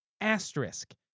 asterisk